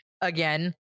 again